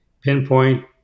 Pinpoint